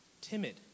timid